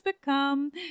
become